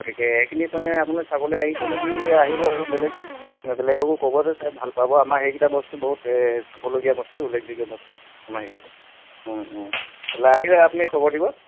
গতিকে সেইখিনিত মানে আপুনি চাবলৈ আহিছে যদি আহিব আৰু বেলেগ মানে বেলেগকো ক'ব যে চাই ভাল পাব আমাৰ সেইকেইটা বস্তু বহুত চাবলগীয়া বস্তু উল্লেখযোগ্য় বস্তু আমাৰ এইকেইটা আহি লওক আপুনি খবৰ দিব